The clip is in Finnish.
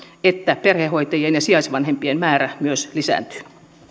perhehoitajien ja sijaisvanhempien määrä myös lisääntyy